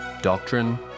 Doctrine